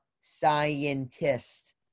scientist